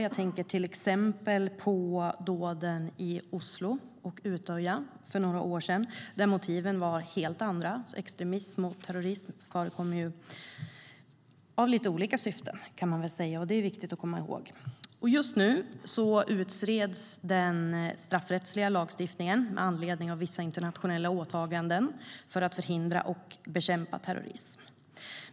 Jag tänker på till exempel Oslo och Utøya, där motiven var helt andra. Extremism och terrorism förekommer med olika syften. Det är viktigt att komma ihåg. Just nu utreds den straffrättsliga lagstiftningen med anledning av vissa internationella åtaganden för att förhindra och bekämpa terrorism.